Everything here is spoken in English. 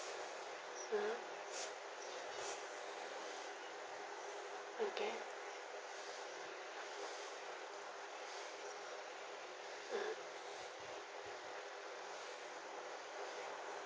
(uh huh) okay (uh huh)